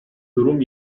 durum